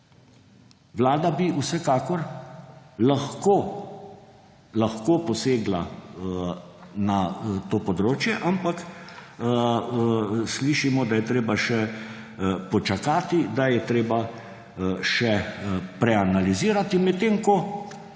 vlada bi vsekakor lahko posegla na to področje, ampak slišimo, da je treba še počakati, da je treba še preanalizirati, medtem ko